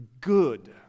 good